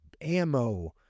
ammo